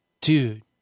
dude